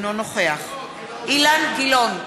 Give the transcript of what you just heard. אינו נוכח אילן גילאון,